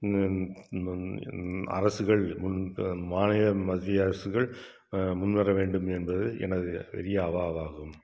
அரசுகள் மாநில மத்திய அரசுகள் முன்வர வேண்டுமென்பது எனது பெரிய அவாவாகும்